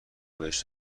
بهش